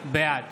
בעד